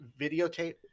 videotape